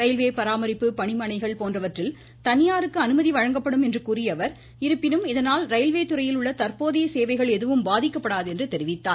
railway பராமரிப்பு பணிமனைகள் போன்ற பணிகளில் தனியாருக்கு அனுமதி வழங்கப்படும் என்று கூறிய அவர் இருப்பினும் இதனால் ரயில்வே துறையில் உள்ள தற்போதைய சேவைகள் எதுவும் பாதிக்கப்படாது என்று தெரிவித்தார்